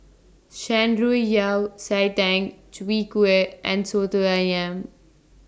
Shan Rui Yao Cai Tang Chwee Kueh and Soto Ayam